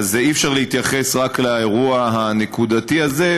אי-אפשר להתייחס רק לאירוע הנקודתי הזה,